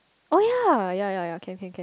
oh ya ya ya ya can can can